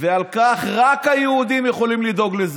ולכך רק היהודים יכולים לדאוג.